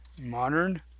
modern